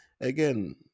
again